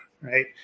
right